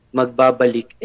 magbabalik